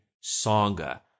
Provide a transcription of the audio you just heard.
songa